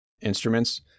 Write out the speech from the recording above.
instruments